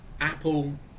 Apple